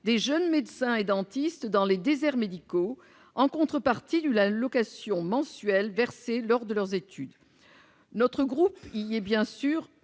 des jeunes médecins et dentistes dans les déserts médicaux, en contrepartie d'une allocation mensuelle versée lors de leurs études. Notre groupe y est bien sûr